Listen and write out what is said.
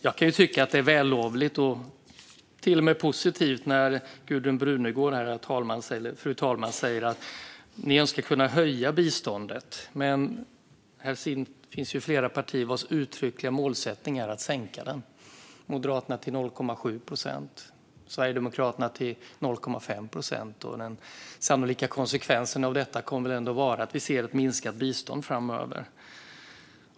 Jag kan tycka att det är vällovligt och till och med positivt att Gudrun Brunegård här säger att man önskar kunna höja biståndet. Men här finns ju flera partier vars uttryckliga målsättning är att sänka det. Moderaterna vill sänka till 0,7 procent och Sverigedemokraterna till 0,5 procent. Den sannolika konsekvensen av detta kommer att vara ett minskat bistånd framöver.